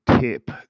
tip